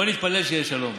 בואי נתפלל שיהיה שלום.